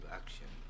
action